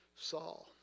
Saul